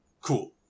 Cool